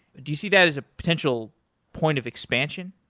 do you see that as a potential point of expansion?